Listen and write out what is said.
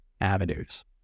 avenues